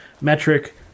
metric